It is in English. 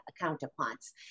counterparts